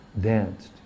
danced